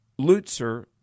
Lutzer